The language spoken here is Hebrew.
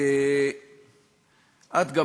ואני חושב שאלה בדיוק הדברים שאנחנו מנסים לעשות,